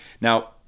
Now